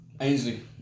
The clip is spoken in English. Ainsley